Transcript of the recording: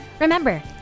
Remember